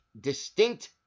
distinct